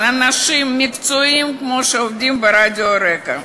אנשים מקצועיים כמו אלה שעובדים ברדיו רק"ע.